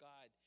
God